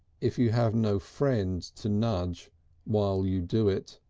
if you have no friend to nudge while you do it.